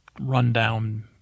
rundown